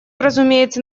разумеется